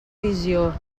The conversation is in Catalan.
visió